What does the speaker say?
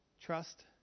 trust